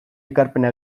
ekarpena